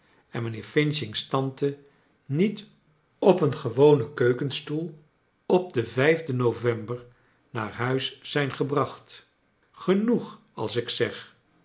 en mijnheer f's tante niet op een gewonen keukenstoel op den den november naar huis zijn gebmcht genoeg als ik zeg